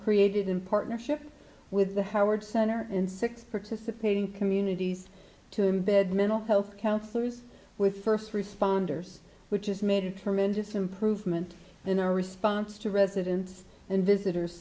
created in partnership with the howard center in six participating communities to embed mental health counselors with first responders which is made a tremendous improvement in their response to residents and visitors